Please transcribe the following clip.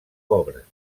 pobres